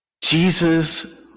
Jesus